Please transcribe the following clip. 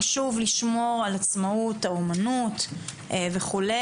חשוב לשמור על עצמאות האומנות וכו',